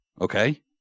Okay